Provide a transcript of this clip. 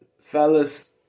Fellas